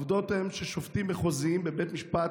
העובדות הן ששופטים מחוזיים בבית המשפט